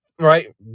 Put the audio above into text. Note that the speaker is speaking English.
Right